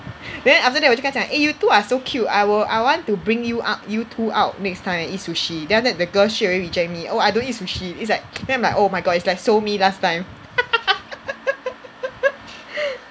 then after 我就跟她讲 eh you two are so cute I will I want to bring you up you two out next time eat sushi then after that the girl straight away reject me oh I don't eat sushi it's like then I'm like oh my god it's like so me last time